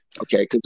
Okay